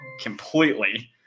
completely